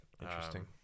Interesting